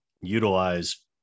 utilize